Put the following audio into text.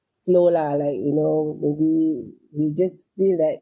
slow lah like you know maybe you just feel that